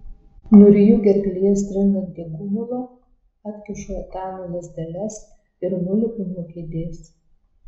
nuryju gerklėje stringantį gumulą atkišu etanui lazdeles ir nulipu nuo kėdės